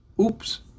Oops